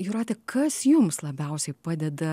jūrate kas jums labiausiai padeda